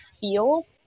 feel